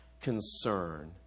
concern